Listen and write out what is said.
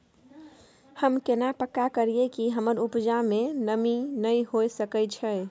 हम केना पक्का करियै कि हमर उपजा में नमी नय होय सके छै?